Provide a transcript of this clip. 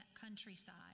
countryside